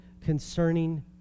concerning